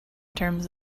terms